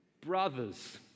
brothers